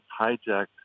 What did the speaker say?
hijacked